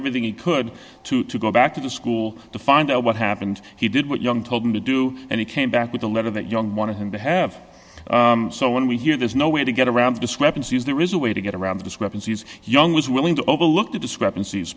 everything he could to go back to school to find out what happened he did what young told him to do and he came back with a letter that young wanted him to have so when we hear there's no way to get around the discrepancies there is a way to get around the discrepancies young was willing to overlook the discrepanc